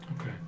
Okay